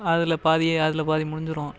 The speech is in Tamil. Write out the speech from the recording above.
அதில் பாதியே அதில் பாதி முடிஞ்சுரும்